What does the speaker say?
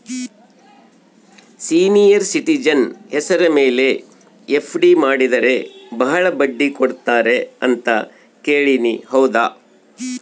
Senior citizen ಹೆಸರ ಮೇಲೆ FD ಮಾಡಿದರೆ ಬಹಳ ಬಡ್ಡಿ ಕೊಡ್ತಾರೆ ಅಂತಾ ಕೇಳಿನಿ ಹೌದಾ?